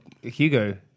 Hugo